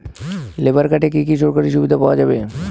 Labour কার্ডে কি কি সরকারি সুবিধা পাওয়া যাবে?